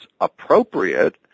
appropriate